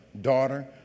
Daughter